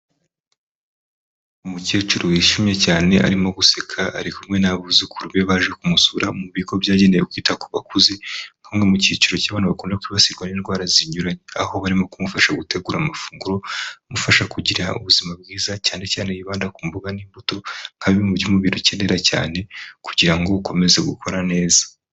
Umukecuru wishimye cyane arimo guseka ari kumwe n'abuzukuru be baje kumusura mu bigo byagenewe kwita ku bakuze bamwe mu cyiciro cyabo bakunda kwibasirwa n’indwara zinyuranye aho barimo kumufasha gutegura amafunguro amufasha kugira ubuzima bwiza cyane cyane yibanda ku mboga n'imbuto nkabimwe muby’umubiri ukenera cyane kugira ngo ukomeze gukora neza.